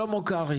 שלמה קרעי, בבקשה.